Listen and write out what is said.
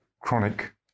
chronic